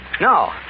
No